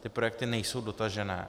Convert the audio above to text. Ty projekty nejsou dotažené.